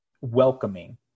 welcoming